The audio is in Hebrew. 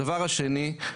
הדבר השני,